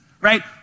right